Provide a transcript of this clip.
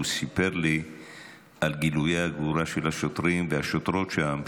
הוא סיפר לי על גילויי הגבורה של השוטרים והשוטרות שם,